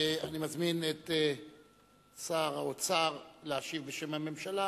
אני מזמין את שר האוצר להשיב בשם הממשלה